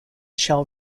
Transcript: shell